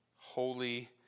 holy